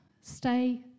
Stay